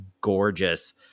gorgeous